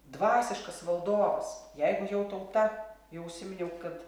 dvasiškas valdovas jeigu jau tauta jau užsiminiau kad